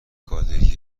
گالری